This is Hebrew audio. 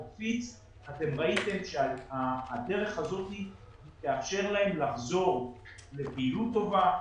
ראיתם שהדרך הזאת תאפשר להם לחזור לפעילות טובה,